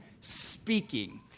speaking